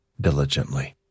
diligently